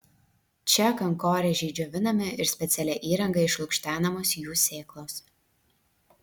čia kankorėžiai džiovinami ir specialia įranga išlukštenamos jų sėklos